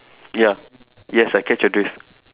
ya yes I catch your drift